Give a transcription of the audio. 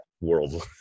world